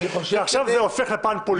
ועכשיו היא הופכת לפן פוליטי.